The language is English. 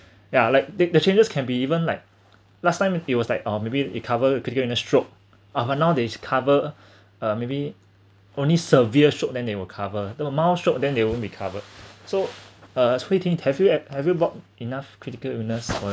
ya like th~ the changes can be even like last time it was like uh maybe it cover a critical illness stroke ah but nowadays cover uh maybe only severe stroke then they will cover the amount stroke then they won't be covered so uh hui ting have you have you bought enough critical illness or